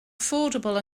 affordable